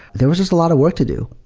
there was just a lot of work to do,